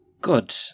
Good